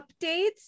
updates